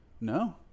No